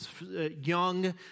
young